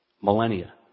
millennia